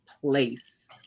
place